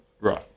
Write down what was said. Right